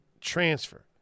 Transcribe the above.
transfer